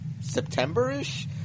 September-ish